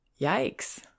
Yikes